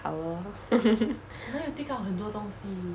好 lor